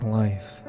life